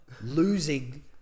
losing